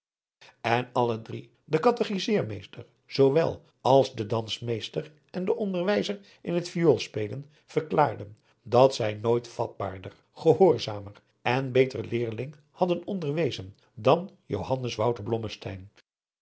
en alle drie de katechizeermeester zoowel als de dansmeester en de onderwijzer in het vioolspelen verklaarden dat zij nooit vatbaarder gehoorzamer en beter leerling hadden onderwezen dan